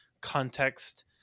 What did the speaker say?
context